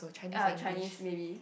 uh Chinese maybe